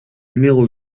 numéro